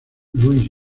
luis